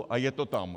A je to tam.